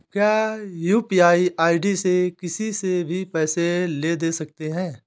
क्या UPI ID से किसी से भी पैसे ले दे सकते हैं?